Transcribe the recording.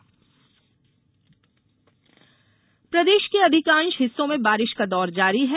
मौसम बारिश प्रदेश के अधिकांश हिस्सों में बारिश का दौर जारी है